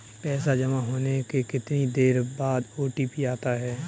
पैसा जमा होने के कितनी देर बाद ओ.टी.पी आता है?